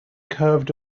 curved